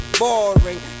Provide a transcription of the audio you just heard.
boring